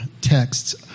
texts